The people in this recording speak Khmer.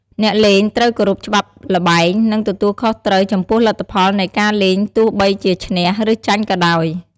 អ្នកលេងត្រូវ គោរពច្បាប់ល្បែង និង ទទួលខុសត្រូវ ចំពោះលទ្ធផលនៃការលេងទោះបីជាឈ្នះ ឬចាញ់ក៏ដោយ។